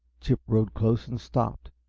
chip rode close and stopped,